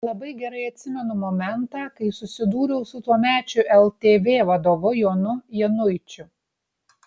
labai gerai atsimenu momentą kai susidūriau su tuomečiu ltv vadovu jonu januičiu